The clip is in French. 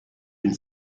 une